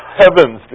heavens